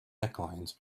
necklines